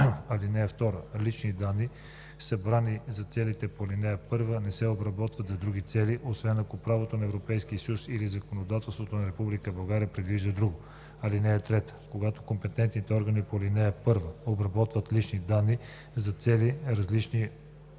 (2) Лични данни, събрани за целите по ал. 1, не се обработват за други цели, освен ако правото на Европейския съюз или законодателството на Република България предвижда друго. (3) Когато компетентните органи по ал. 1 обработват лични данни за цели, различни